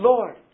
Lord